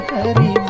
Hari